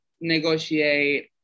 negotiate